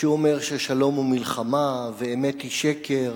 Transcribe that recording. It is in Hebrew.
כשהוא אומר ששלום הוא מלחמה, ואמת היא שקר,